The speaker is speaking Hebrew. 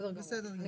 זה נשמע הגיוני.